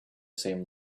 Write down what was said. same